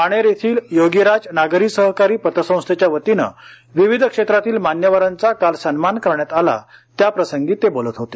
बाणेर येथील योगीराज नागरी सहकारी पतसंस्थेच्या वतीनं विविध क्षेत्रातील मान्यवरांचा काल सन्मान करण्यात आला त्याप्रसंगी ते बोलत होते